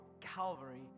Calvary